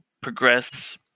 progress